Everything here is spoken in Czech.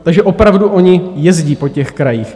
Takže opravdu oni jezdí po krajích.